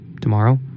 tomorrow